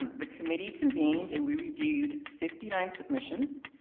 the committee convened and we reviewed fifty nine submissions.